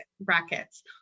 brackets